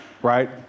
right